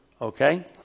Okay